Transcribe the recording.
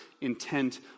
intent